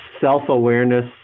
self-awareness